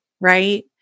right